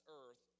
earth